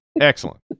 Excellent